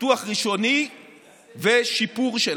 פיתוח ראשוני ושיפור שלה,